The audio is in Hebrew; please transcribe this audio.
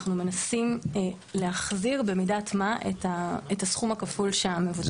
אנחנו מנסים להחזיר במידת מה את הסכום הכפול שהמבוטח משלם.